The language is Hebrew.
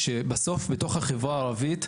שתעסוקת ערבים,